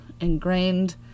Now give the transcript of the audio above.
ingrained